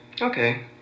Okay